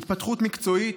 התפתחות מקצועית,